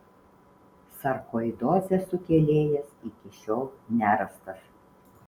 sarkoidozės sukėlėjas iki šiol nerastas